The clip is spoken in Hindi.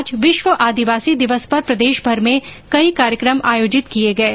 आज विश्व आदिवासी दिवस पर प्रदेशभर में कई कार्यक्रम आयोजित किये गये